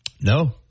No